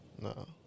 No